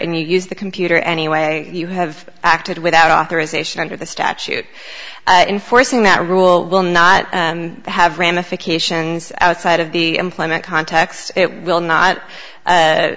and you use the computer anyway you have acted without authorization under the statute enforcing that rule will not have ramifications outside of the employment context it will not